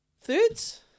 Thirds